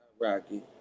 Rocky